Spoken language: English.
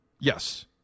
Yes